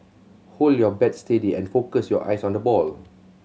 hold your bat steady and focus your eyes on the ball